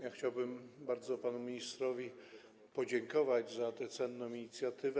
Ja chciałbym bardzo panu ministrowi podziękować za tę cenną inicjatywę.